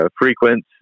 frequent